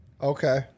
Okay